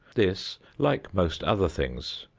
this, like most other things,